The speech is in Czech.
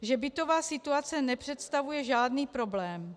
Že bytová situace nepředstavuje žádný problém.